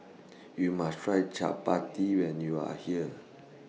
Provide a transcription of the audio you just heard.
YOU must Try Chapati when YOU Are here